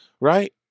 Right